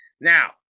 Now